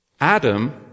Adam